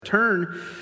Turn